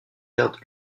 aires